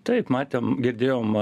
taip matėm girdėjom